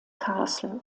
castle